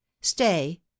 Stay